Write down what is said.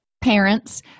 parents